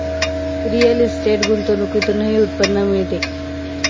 real estate गुंतवणुकीतूनही उत्पन्न मिळते